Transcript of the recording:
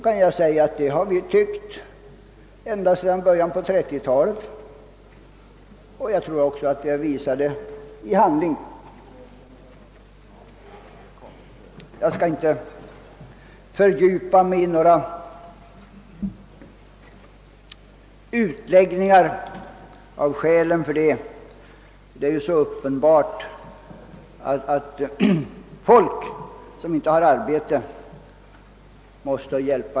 Vi har haft denna inställning ända sedan början på 1930-talet och har också visat den i handling. Jag skall inte fördjupa mig i några utläggningar av skälen för detta. Det är alldeles uppenbart att folk som inte har arbete måste få hjälp.